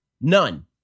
none